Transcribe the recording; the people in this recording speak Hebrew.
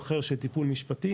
או אחר של טיפול משפטי,